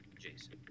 Jason